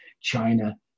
China